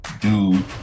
dude